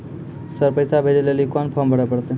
Sir पैसा भेजै लेली कोन फॉर्म भरे परतै?